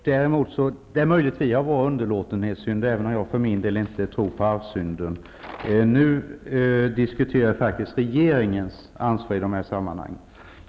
Herr talman! Att Birgit Friggebo inte begriper socialdemokraterna lär väl jag inte kunna göra någonting åt. Däremot är det möjligt att vi har varit underlåtenhetssyndare, även om jag för min del inte tror på arvssynden. Nu diskuterar vi faktiskt regeringens ansvar i detta sammanhang.